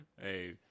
Hey